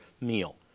meal